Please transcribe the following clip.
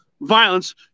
violence